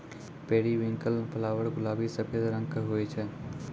periwinkle flower गुलाबी सफेद रंग के हुवै छै